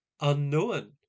unknown